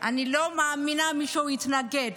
אני לא מאמינה שמישהו יתנגד.